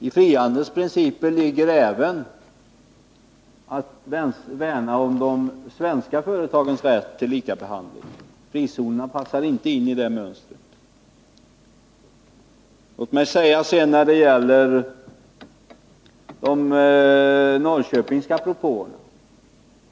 I dem ligger även att värna om de svenska företagens rätt till lika behandling. Frizonerna passar inte in i det mönstret. Christer Eirefelt tog upp de norrköpingska propåerna.